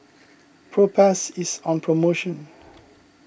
Propass is on promotion